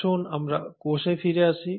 আসুন আমরা কোষে ফিরে আসি